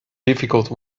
difficult